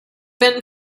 been